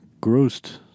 Grossed